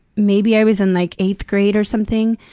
maybe i was in, like, eighth grade or something?